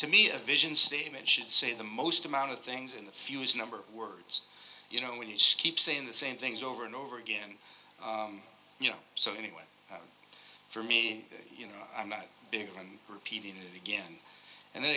to me a vision statement should say the most amount of things in the fewest number words you know when you skip saying the same things over and over again you know so anyway for me you know i'm not big on repeating it again and then